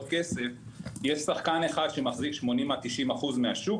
כסף יש שחקן אחד שמחזיק 80% עד 90% מהשוק,